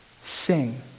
Sing